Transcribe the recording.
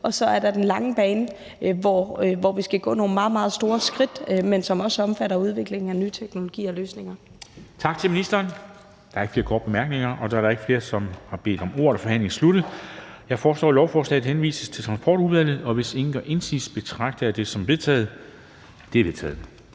og så er der den lange bane, hvor vi skal gå nogle meget, meget store skridt, men som også omfatter udviklingen af nye teknologier og løsninger. Kl. 11:08 Formanden (Henrik Dam Kristensen): Tak til ministeren. Der er ikke flere korte bemærkninger. Og da der ikke er flere, som har bedt om ordet, er forhandlingen sluttet. Jeg foreslår, at lovforslaget henvises til Transportudvalget, og hvis ingen gør indsigelse, betragter jeg det som vedtaget. Det er vedtaget.